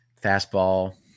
fastball